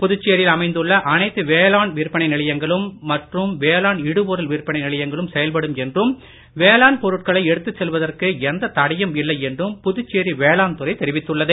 புதுச்சேரியில் அமைந்துள்ள அனைத்து வேளாண் விற்பனை நிலையங்களும் மற்றும் வேளாண் இடுபொருள் விற்பனை நிலையங்களும் செயல்படும் என்றும் வேளாண் பொருட்களை எடுத்து செல்வதற்கு எந்தத் தடையும் இல்லை என்றும் புதுச்சேரி வேளாண் துறை தெரிவித்துள்ளது